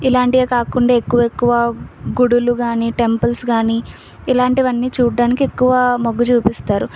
ఇలాంటివే కాకుండా ఎక్కు ఎక్కువ గుడులు గానీ టెంపుల్స్ గానీ ఇలాంటివన్నీ చూడడానికి ఎక్కువ మగ్గుచూపిస్తారు